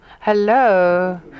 Hello